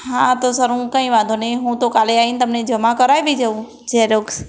હા તો સર હું કંઇ વાંધો નહીં હું તો કાલે આવીને તમને જમા કરાવી જાઉં ઝેરોક્ષ